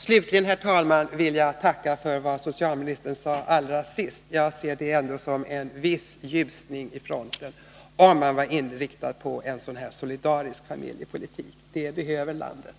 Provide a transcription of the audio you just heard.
Slutligen, herr talman, vill jag tacka för vad socialministern sade allra sist. Jag ser det ändå som en viss ljusning vid fronten, om socialministern är inriktad på en mer solidarisk familjepolitik. Det behöver landet.